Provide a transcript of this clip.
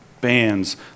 bands